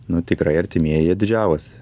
nu tikrai artimieji didžiavosi